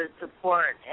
support